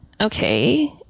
Okay